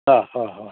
हां हो होय